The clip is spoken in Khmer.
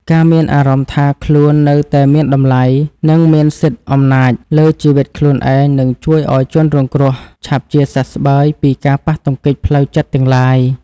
ការមានអារម្មណ៍ថាខ្លួននៅតែមានតម្លៃ និងមានសិទ្ធិអំណាចលើជីវិតខ្លួនឯងនឹងជួយឱ្យជនរងគ្រោះឆាប់ជាសះស្បើយពីការប៉ះទង្គិចផ្លូវចិត្តទាំងឡាយ។